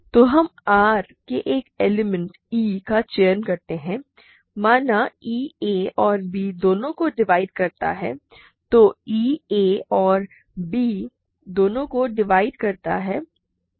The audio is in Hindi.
तो हम R के एक एलिमेंट e का चयन करते है माना e a और b दोनों को डिवाइड करता है तो e a और b दोनों को डिवाइड करता है